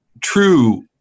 true